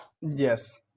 Yes